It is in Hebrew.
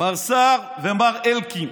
מר סער ומר אלקין.